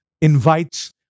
invites